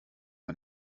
man